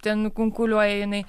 ten kunkuliuoja jinai